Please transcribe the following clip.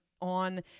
on